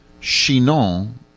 Chinon